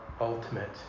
ultimate